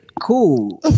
Cool